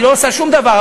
היא לא עושה שום דבר,